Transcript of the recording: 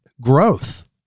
growth